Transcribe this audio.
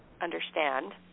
understand